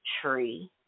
tree